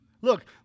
Look